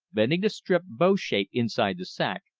bending the strip bow-shape inside the sac,